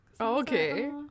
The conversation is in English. okay